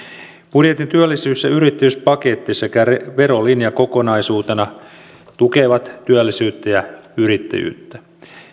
budjetin työllisyys ja yrittäjyyspaketti sekä verolinja kokonaisuutena tukevat työllisyyttä ja yrittäjyyttä